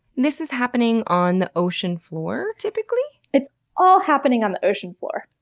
this is happening on the ocean floor, typically? it's all happening on the ocean floor.